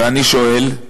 ואני שואל: